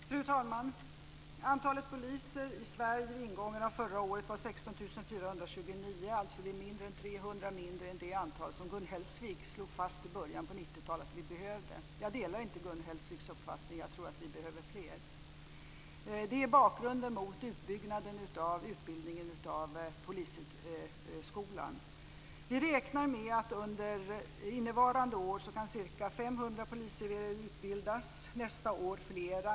Fru talman! Antalet poliser i Sverige vid ingången av förra året var 16 429. Det är mindre än 300 färre än det antal som Gun Hellsvik i början av 90-talet slog fast att vi behövde. Jag delar inte Gun Hellsviks uppfattning. Jag tror att vi behöver fler poliser. Det är bakgrunden till utbyggnaden av utbildningen på Polishögskolan. Vi räknar med att ca 500 poliser kan utbildas under innevarande år. Nästa år blir det flera.